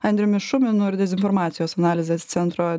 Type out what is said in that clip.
andriumi šuminu ir dezinformacijos analizės centro